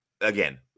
again